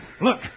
Look